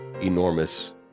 enormous